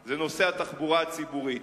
הוא נושא התחבורה הציבורית.